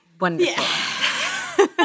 Wonderful